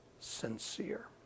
sincere